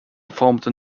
formed